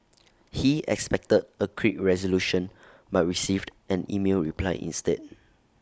he expected A quick resolution but received an email reply instead